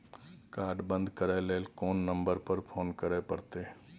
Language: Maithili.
कार्ड बन्द करे ल कोन नंबर पर फोन करे परतै?